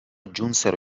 giunsero